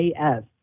af